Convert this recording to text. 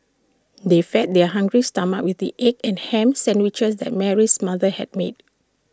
they fed their hungry stomachs with the egg and Ham Sandwiches that Mary's mother had made